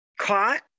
caught